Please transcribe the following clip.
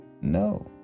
No